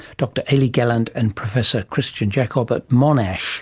dr ailie gallant and professor christian jakob at monash